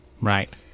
right